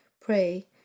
pray